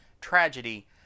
Tragedy